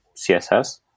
css